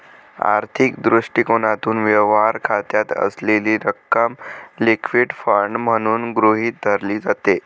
आर्थिक दृष्टिकोनातून, व्यवहार खात्यात असलेली रक्कम लिक्विड फंड म्हणून गृहीत धरली जाते